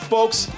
Folks